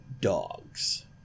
dogs